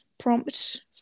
Prompt